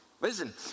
Listen